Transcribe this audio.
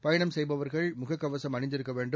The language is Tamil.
பயணம் செய்பவர்கள் முகக் கவசும் அணிந்திருக்க வேண்டும்